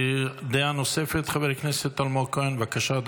דעה נוספת, חבר הכנסת אלמוג כהן, בבקשה.